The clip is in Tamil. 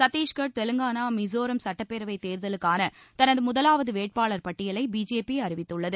சத்தீஸ்கட் தெலங்கானா மிசோரம் சட்டப்பேரவை தேர்தல்களுக்கான தனது முதலாவது வேட்பாளர் பட்டியலை பிஜேபி அறிவித்துள்ளது